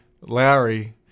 Lowry